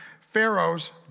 Pharaoh's